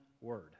word